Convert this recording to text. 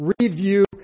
Review